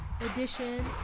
edition